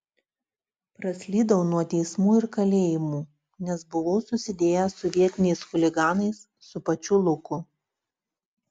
praslydau nuo teismų ir kalėjimų nes buvau susidėjęs su vietiniais chuliganais su pačiu luku